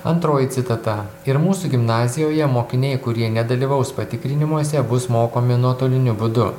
antroji citata ir mūsų gimnazijoje mokiniai kurie nedalyvaus patikrinimuose bus mokomi nuotoliniu būdu